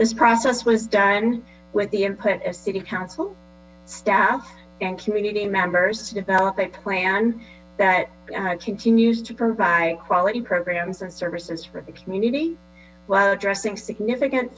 this process was done with the input of city council staff and community members to develop a plan that continues to provide quality programs and services for the community while addressing significant